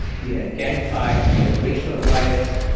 we had gang fights we had racial riots.